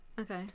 okay